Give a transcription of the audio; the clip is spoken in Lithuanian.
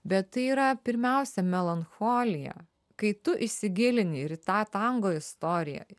bet tai yra pirmiausia melancholija kai tu įsigilini ir į tą tango istoriją